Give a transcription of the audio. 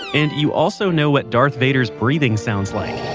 and you also know what darth vader's breathing sounds like.